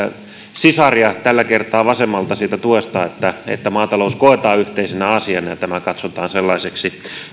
sisaria tällä kertaa vasemmalta siitä tuesta että että maatalous koetaan yhteisenä asiana ja tämä katsotaan sellaiseksi